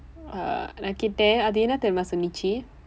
uh நான் கேட்டேன் அது என்ன தெரியுமா சொன்னது:naan keetden athu enna theriyumaa sonnathu